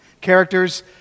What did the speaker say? characters